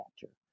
capture